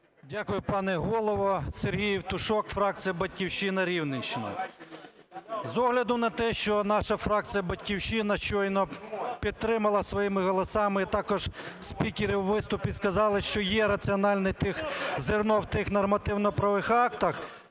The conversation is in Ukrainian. Дякую, пане Голово. Сергій Євтушок, фракція "Батьківщина", Рівненщина. З огляду на те, що наша фракція "Батьківщина" щойно підтримала своїми голосами і також спікери у виступі сказали, що є раціональне зерно в тих нормативно-правових актах...